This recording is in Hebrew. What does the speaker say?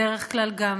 בדרך כלל גם,